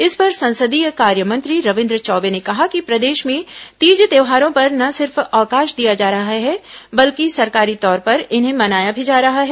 इस पर संसदीय कार्य मंत्री रविन्द्र चौबे ने कहा कि प्रदेश में तीज त्यौहारों पर न सिर्फ अवकाश दिया जा रहा है बल्कि सरकारी तौर पर इन्हें मनाया भी जा रहा है